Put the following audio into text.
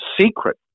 secret